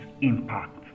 impact